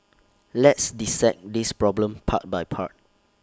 let's dissect this problem part by part